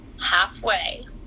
Halfway